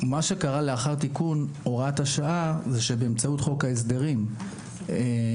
מה שקרה לאחר תיקון הוראת השעה זה שבאמצעות חוק ההסדרים ביטלו